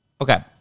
Okay